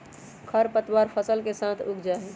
खर पतवार फसल के साथ उग जा हई